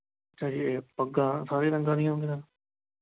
ਅੱਛਾ ਜੀ ਪੱਗਾਂ ਸਾਰੇ ਰੰਗਾਂ ਦੀ ਹੁੰਦੀਆਂ